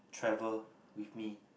travel with me